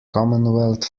commonwealth